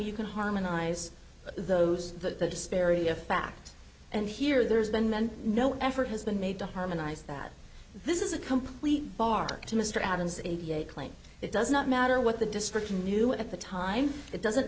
you can harmonize those the disparity of facts and here there's been no effort has been made to harmonize that this is a complete bartok to mr adams a claim it does not matter what the district knew at the time it doesn't